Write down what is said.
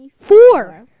Four